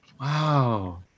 Wow